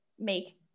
make